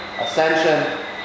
ascension